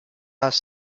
das